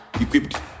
equipped